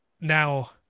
now